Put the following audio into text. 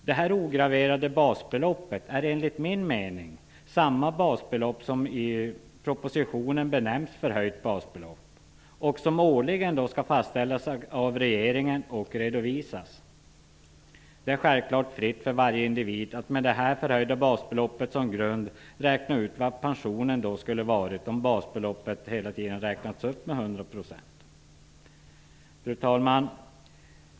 Detta ograverade basbelopp är enligt min mening samma basbelopp som i propositionen benämns förhöjt basbelopp och som årligen skall fastställas av regeringen och redovisas. Det står självfallet fritt för varje individ att med detta förhöjda basbelopp som grund räkna ut vad pensionen skulle ha blivit om basbeloppet hela tiden räknats upp med Fru talman!